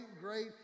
great